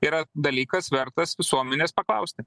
yra dalykas vertas visuomenės paklausti